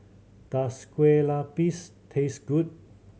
does Kuih Lopes taste good